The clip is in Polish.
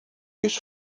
już